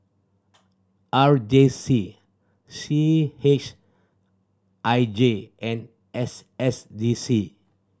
R J C C H I J and S S D C